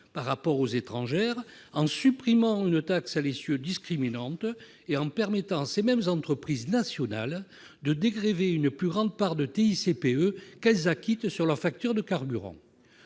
françaises et étrangères, en supprimant une taxe à l'essieu discriminante et en permettant à ces mêmes entreprises nationales de dégrever une plus grande part de la TICPE qu'elles acquittent sur leur facture de carburant.